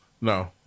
No